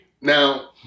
Now